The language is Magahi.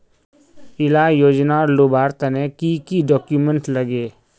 इला योजनार लुबार तने की की डॉक्यूमेंट लगे?